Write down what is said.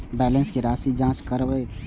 Balance के राशि हम जाँच केना करब?